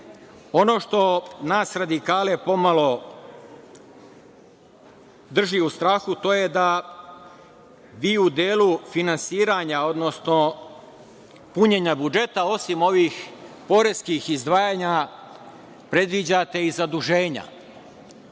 što nas radikale pomalo drži u strahu jeste to da vi u delu finansiranja, odnosno punjenja budžeta, osim ovih poreskih izdvajanja predviđate i zaduženja.